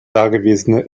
dagewesene